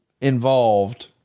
involved